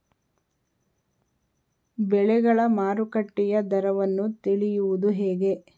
ಬೆಳೆಗಳ ಮಾರುಕಟ್ಟೆಯ ದರವನ್ನು ತಿಳಿಯುವುದು ಹೇಗೆ?